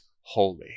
holy